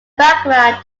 background